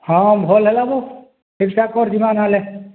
ହଁ ଭଲ୍ ହେଲା ବୋ ଠିକ୍ ଠାକ୍ କର୍ ଯିମା ନାହେଲେ